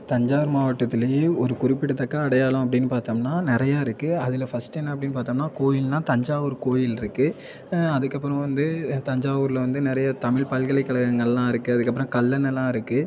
தஞ்சாவூர் மாவட்டத்திலேயே ஒரு குறிப்பிடத்தக்க அடையாளம் அப்படின்னு பார்த்தோம்னா நிறையா இருக்குது அதில் ஃபர்ஸ்ட்டு என்ன அப்படின்னு பார்த்தோம்னா கோயில்னால் தஞ்சாவூர் கோயிலிருக்கு அதுக்கப்புறம் வந்து தஞ்சாவூரில் வந்து நிறைய தமிழ் பல்கலைக்கழகங்கள்லாம் இருக்குது அதுக்கப்புறம் கல்லணைணெல்லாம் இருக்குது